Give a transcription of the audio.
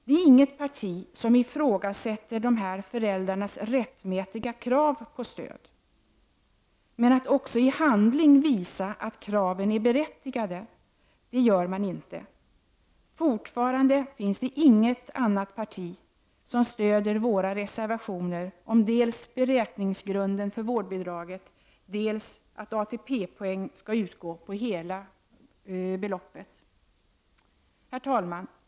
Det är inte något parti som ifrågasätter dessa föräldrars rättmätiga krav på stöd, men man är inte beredd att också i handling visa att kraven är berättigade gör man inte. Fortfarande finns det inte något annat parti som stöder våra reservationer om dels beräkningsgrunder för vårdbidraget, dels att ATP-poäng skall beräknas på hela beloppet. Herr talman!